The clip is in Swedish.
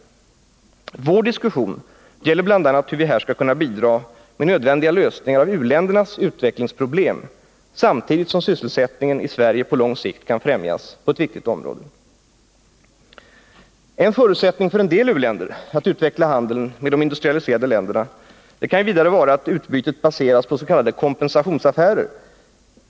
Vår diskussion gäller bl.a. hur vi här skall kunna bidra med nödvändiga lösningar av u-ländernas utvecklingsproblem samtidigt som sysselsättningen i Sverige på lång sikt kan främjas på ett viktigt område. En förutsättning för en del u-länders utveckling av handeln med de industrialiserade länderna kan vidare vara att utbytet baseras på s.k. kompensationsaffärer.